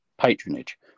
patronage